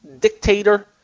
dictator